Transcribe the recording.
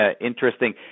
interesting